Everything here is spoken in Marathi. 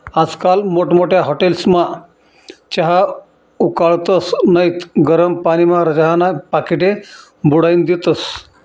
आजकाल मोठमोठ्या हाटेलस्मा चहा उकाळतस नैत गरम पानीमा चहाना पाकिटे बुडाईन देतस